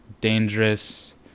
dangerous